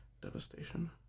Devastation